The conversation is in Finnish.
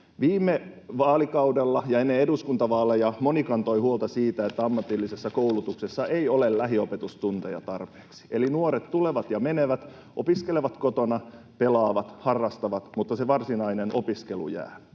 Viime vaalikaudella ja ennen eduskuntavaaleja moni kantoi huolta siitä, että ammatillisessa koulutuksessa ei ole lähiopetustunteja tarpeeksi. Eli nuoret tulevat ja menevät, opiskelevat kotona, pelaavat, harrastavat, mutta se varsinainen opiskelu jää.